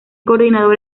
coordinador